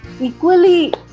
equally